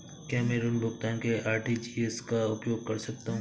क्या मैं ऋण भुगतान के लिए आर.टी.जी.एस का उपयोग कर सकता हूँ?